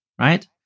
right